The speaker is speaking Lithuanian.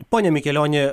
pone mikelioni